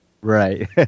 Right